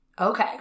Okay